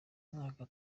mwaka